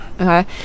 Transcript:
Okay